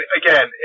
again